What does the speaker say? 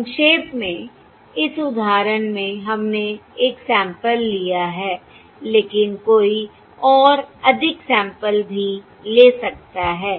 संक्षेप में इस उदाहरण में हमने एक सैंपल लिया है लेकिन कोई और अधिक सैंपल भी ले सकता है